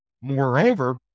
Moreover